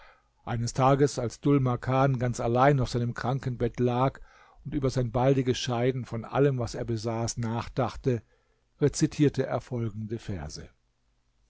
eines tages als dhul makan ganz allein auf seinem krankenbett lag und über sein baldiges scheiden von allem was er besaß nachdachte rezitierte er folgende verse